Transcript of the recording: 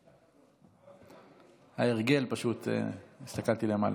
ההרגל, פשוט הסתכלתי למעלה.